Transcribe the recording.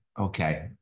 Okay